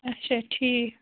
اَچھا ٹھیٖک